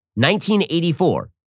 1984